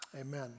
amen